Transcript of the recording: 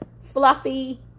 Fluffy